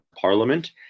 parliament